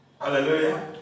hallelujah